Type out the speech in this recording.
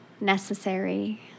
necessary